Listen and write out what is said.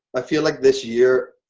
i feel like this year,